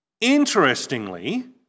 Interestingly